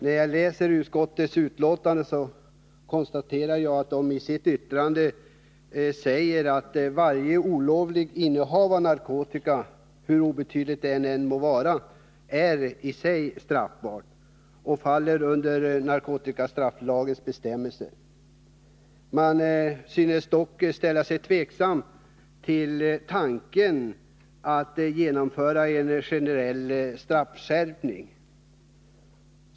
När jag läser utskottets betänkande konstaterar jag att utskottet säger att varje olovligt innehav av narkotika — hur obetydligt det än må vara — är straffbart i sig och faller under narkotikastrafflagens bestämmelser. Utskottet synes dock ställa sig tveksamt till tanken att genomföra en generell straffskärpning.